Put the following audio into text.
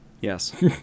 Yes